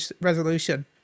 resolution